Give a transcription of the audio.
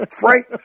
Frank